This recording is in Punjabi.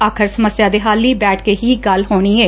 ਆਖਰ ਸਮੱਸਿਆ ਦੇ ਹੱਲ ਲਈ ਬੈਠ ਕੇ ਹੀ ਗੱਲ ਹੋਣੀ ਏ